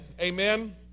Amen